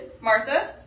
Martha